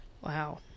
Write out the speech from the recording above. Wow